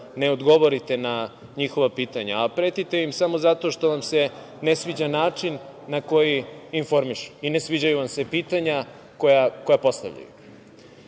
ne odgovorite na njihova pitanja, a pretite im samo zato što vam se ne sviđa način na koji informišu i ne sviđaju vam se pitanja koja postavljaju.